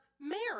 Mary